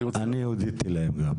אני הודיתי להם גם.